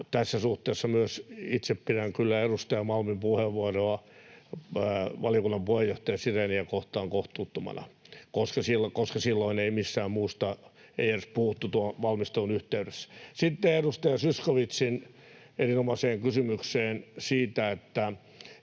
Tässä suhteessa myös itse pidän kyllä edustaja Malmin puheenvuoroa valiokunnan puheenjohtaja Siréniä kohtaan kohtuuttomana, koska ei mistään muusta edes puhuttu silloin tuon valmistelun yhteydessä. Sitten edustaja Zyskowiczin erinomaiseen kysymykseen siitä,